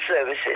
services